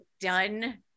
done